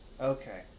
okay